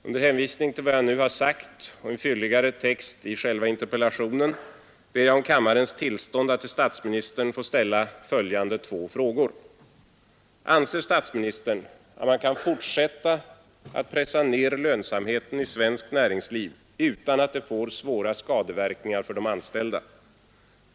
17 oktober 1972 Under hänvisning till vad som nu anförts hemställer jag om kamma=——— V rens tillstånd att till herr statsministern få ställa följande frågor: 1. Anser statsministern att man kan for heten i svenskt näringsliv utan att det får svåra skadeverkningar för de ta att pressa ner lönsam anställda?